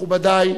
מכובדי,